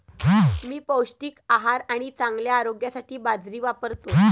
मी पौष्टिक आहार आणि चांगल्या आरोग्यासाठी बाजरी वापरतो